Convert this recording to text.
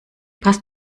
passt